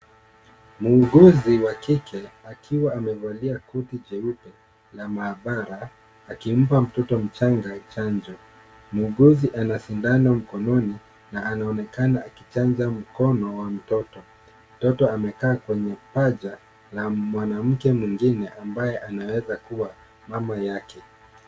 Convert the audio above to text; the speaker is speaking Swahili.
Muuguzi wa kike, akiwa amevalia koti jeupe la maabara, akimpa mtoto mchanga chanjo. Muuguzi ana sindano mkononi na anaonekana akichanja mkono wa mtoto. Mtoto amekaa kwenye paja la mwanamke mwingine, ambaye anaweza kuwa mama yake.